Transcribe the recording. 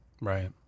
Right